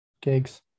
gigs